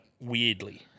weirdly